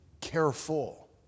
careful